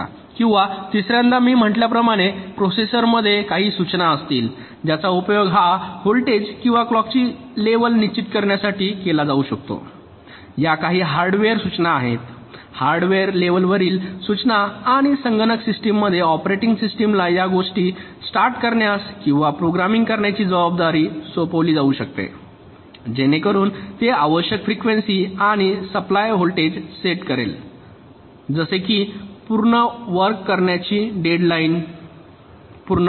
आणि तिसर्यांदा मी म्हटल्याप्रमाणे प्रोसेसरमध्ये काही सूचना असतील ज्याचा उपयोग हा व्होल्टेज किंवा क्लॉकची लेवल निश्चित करण्यासाठी केला जाऊ शकतो या काही हार्डवेअर सूचना आहेत हार्डवेअर लेवलवरील सूचना आणि संगणक सिस्टिम मध्ये ऑपरेटिंग सिस्टमला या गोष्टी स्टार्ट करण्यास किंवा प्रोग्रामिंग करण्याची जबाबदारी सोपविली जाऊ शकते जेणेकरून ते आवश्यक फ्रिकवेंसी आणि सप्लाय व्होल्टेज सेट करेल जसे की वर्क पूर्ण करण्याची डेडलाइन पूर्ण होते